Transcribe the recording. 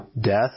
death